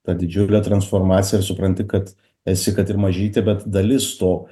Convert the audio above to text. tą didžiulę transformaciją ir supranti kad esi kad ir mažytė bet dalis to